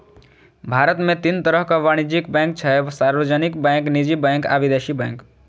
भारत मे तीन तरहक वाणिज्यिक बैंक छै, सार्वजनिक बैंक, निजी बैंक आ विदेशी बैंक